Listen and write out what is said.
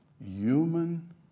human